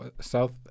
South